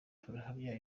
turahamya